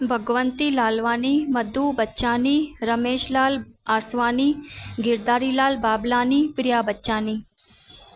Bhagwanti Lalwani Madhu Bachchani Ramesh Lal Aswani Girdhari Lal Bablani Priya Bachchani